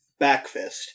backfist